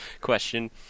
question